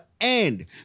end